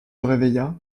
réveilla